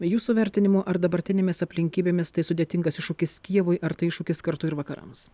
jūsų vertinimu ar dabartinėmis aplinkybėmis tai sudėtingas iššūkis kijevui ar tai iššūkis kartu ir vakarams